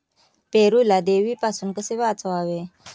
पेरूला देवीपासून कसे वाचवावे?